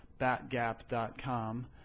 batgap.com